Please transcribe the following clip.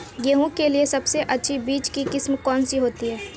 गेहूँ के लिए सबसे अच्छी बीज की किस्म कौनसी है?